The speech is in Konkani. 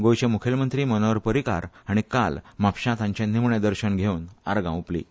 गोंयचे मुखेलमंत्री मनोहर पर्रीकार हांणी काल म्हापशां तांचे निमणें दर्शन घेवन आर्गां ओंपलीं